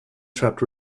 trapped